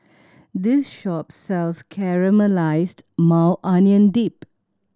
this shop sells Caramelized Maui Onion Dip